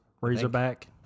Razorback